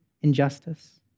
injustice